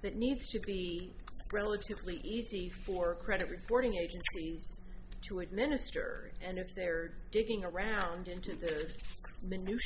that needs to be relatively easy for credit reporting agencies to administer and if they're digging around into th